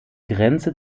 grenze